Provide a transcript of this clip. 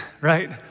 right